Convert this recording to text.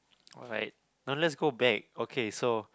alright now let's go back okay so